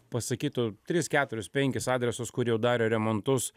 pasakytų tris keturis penkis adresus kur jau darė remontus